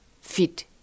fit